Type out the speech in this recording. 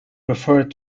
referred